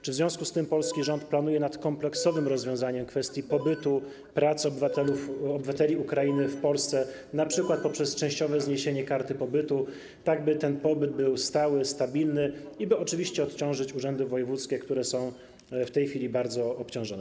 Czy w związku z tym polski rząd pracuje nad kompleksowym rozwiązaniem kwestii pobytu czy pracy obywateli Ukrainy w Polsce, np. poprzez częściowe zniesienie karty stałego pobytu, tak aby ten pobyt był stały, stabilny i aby oczywiście odciążyć urzędy wojewódzkie, które są w tej chwili bardzo obciążone?